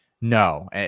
No